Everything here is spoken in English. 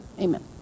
amen